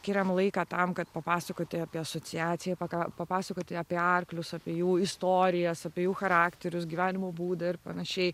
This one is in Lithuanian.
skiriame laiką tam kad papasakoti apie asociaciją ką papasakoti apie arklius apie jų istorijas apie jų charakterius gyvenimo būdą ir panašiai